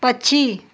पक्षी